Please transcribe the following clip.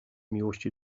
miłości